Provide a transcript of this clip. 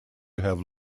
have